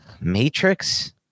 Matrix